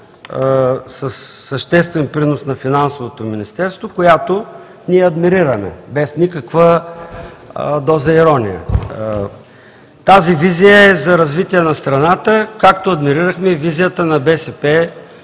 със съществен принос на Финансовото министерство, която ние адмирираме, без никаква доза ирония. Тази визия е за развитие на страната, както адмирирахме и визията на БСП